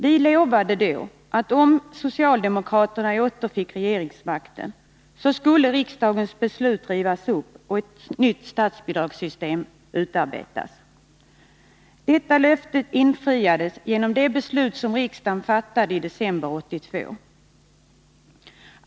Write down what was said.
Vi lovade då, att om socialdemokraterna återfick regeringsmakten, skulle riksdagens beslut rivas upp och ett nytt statsbidragssystem utarbetas. Detta löfte infriades genom det beslut som riksdagen fattade i december 1982.